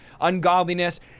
ungodliness